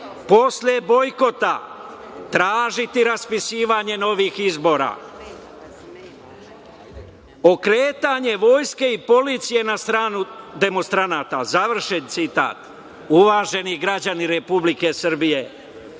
"Posle bojkota tražiti raspisivanje novih izbora. Okretanje vojske i policije na stranu demonstranata", završen citat. Uvaženi građani Republike Srbije,